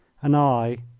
and i ah,